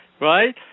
right